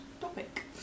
topic